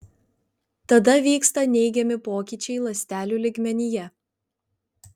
tada vyksta neigiami pokyčiai ląstelių lygmenyje